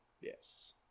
Yes